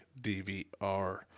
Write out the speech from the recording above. DVR